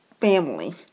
family